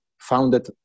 founded